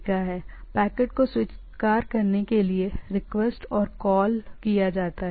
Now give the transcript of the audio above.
तो पैकेट और चीजों को स्वीकार करने के लिए रिक्वेस्ट और कॉल हैं